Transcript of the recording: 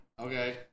Okay